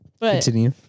Continue